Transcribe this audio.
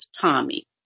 Tommy